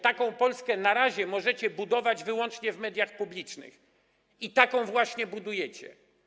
Taką Polskę na razie możecie budować wyłącznie w mediach publicznych i taką właśnie budujecie.